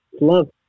Love